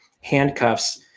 handcuffs